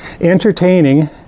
entertaining